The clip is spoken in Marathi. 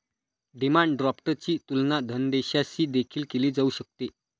डिमांड ड्राफ्टची तुलना धनादेशाशी देखील केली जाऊ शकते